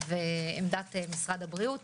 ועמדת משרד הבריאות.